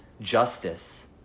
justice